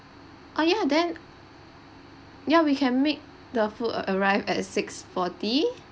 oh ya then ya we can make the food uh uh arrive at six forty